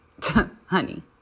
honey